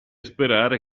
sperare